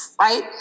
right